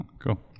Cool